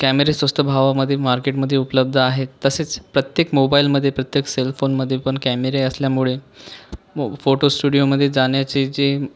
कॅमेरे स्वस्त भावामधे मार्केटमध्ये उपलब्ध आहेत तसेच प्रत्येक मोबाईलमधे प्रत्येक सेलफोनमधे पण कॅमेरे असल्यामुळे मो फोटो स्टुडिओमधे जाण्याचे जे